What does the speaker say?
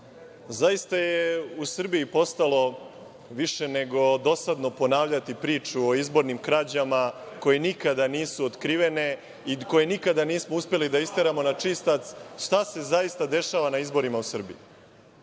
Hvala. Zaista je u Srbiji postalo više nego dosadno ponavljati priču o izbornim krađama koje nikada nisu otkrivene i koje nikada nismo uspeli da isteramo na čistac šta se zaista dešava na izborima u Srbiji.Zašto